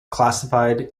classified